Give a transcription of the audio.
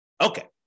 Okay